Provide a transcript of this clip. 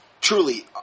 truly